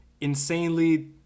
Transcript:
insanely